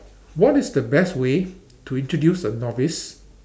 what is the best way to introduce a novice